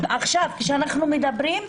עכשיו, כשאנחנו מדברים,